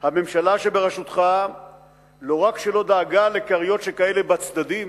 הממשלה שבראשותך לא רק שלא דאגה לכריות שכאלה בצדדים,